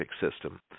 system